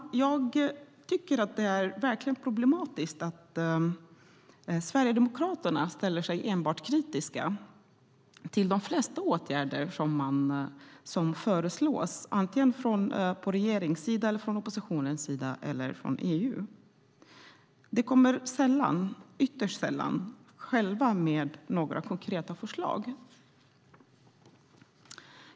Det är problematiskt att Sverigedemokraterna ställer sig kritiska till de flesta åtgärder som föreslås av regering, opposition och EU. De kommer ytterst sällan med några egna konkreta förslag.